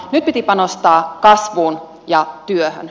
nyt piti panostaa kasvuun ja työhön